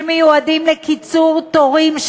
שמיועדים לקיצור תורים,